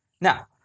now